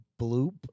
Bloop